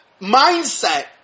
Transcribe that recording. mindset